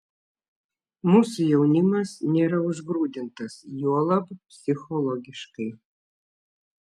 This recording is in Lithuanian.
mūsų jaunimas nėra užgrūdintas juolab psichologiškai